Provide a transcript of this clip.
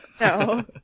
No